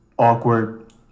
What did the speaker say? Awkward